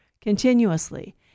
continuously